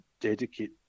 dedicate